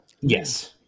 Yes